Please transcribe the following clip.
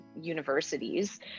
universities